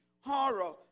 horror